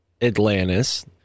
Atlantis